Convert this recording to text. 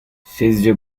sizce